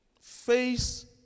face